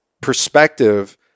perspective